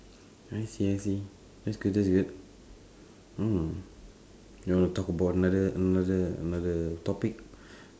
I see I see that's good that's good mm you wanna talk about another another another topic